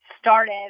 started